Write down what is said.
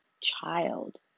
child